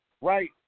right